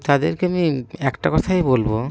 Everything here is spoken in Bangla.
তাদেরকে আমি একটা কথাই বলব